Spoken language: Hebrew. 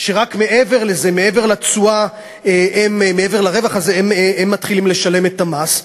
שרק מעבר לרווח הזה הם מתחילים לשלם את המס.